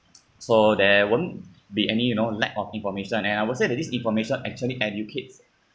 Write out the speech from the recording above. so there won't be any you know lack of information and I will say that this information actually educates